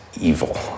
evil